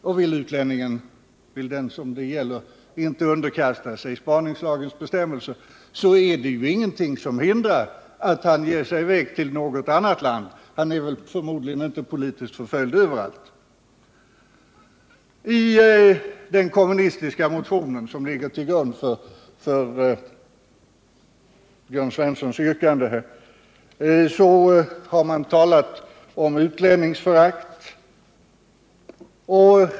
Och vill den som det gäller inte underkasta sig spaningslagens bestämmelser är det ju ingenting som hindrar att han ger sig i väg till något annat land — han är väl förmodligen inte politiskt förföljd överallt. I den kommunistiska motion som ligger till grund för Jörn Svenssons yrkande har man talat om utlänningsförakt.